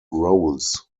roles